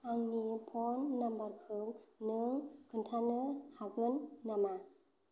आंनि फन नाम्बारखौ नों खोन्थानो हागोन नामा